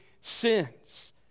sins